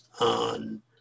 on